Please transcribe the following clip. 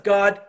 God